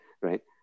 right